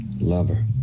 lover